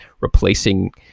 replacing